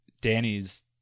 Danny's –